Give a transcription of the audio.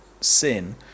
sin